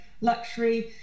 luxury